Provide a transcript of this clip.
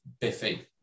Biffy